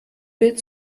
bild